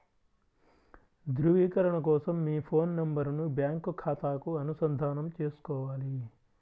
ధ్రువీకరణ కోసం మీ ఫోన్ నెంబరును బ్యాంకు ఖాతాకు అనుసంధానం చేసుకోవాలి